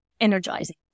energizing